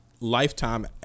Lifetime